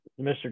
Mr